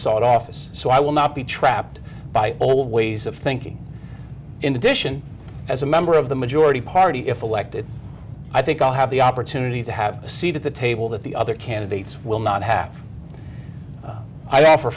office so i will not be trapped by old ways of thinking in addition as a member of the majority party if elected i think i'll have the opportunity to have a seat at the table that the other candidates will not ha